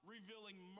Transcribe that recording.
revealing